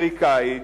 האמריקנית,